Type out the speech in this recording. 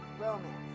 romance